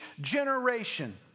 generation